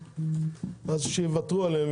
אז שיוותרו עליהן,